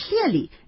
clearly